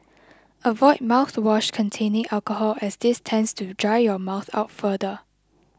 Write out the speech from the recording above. avoid mouthwash containing alcohol as this tends to dry your mouth out further